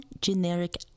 generic